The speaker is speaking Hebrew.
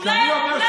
מה אתה אומר?